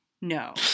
No